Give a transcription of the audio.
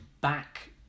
back